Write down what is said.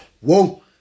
whoa